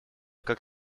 как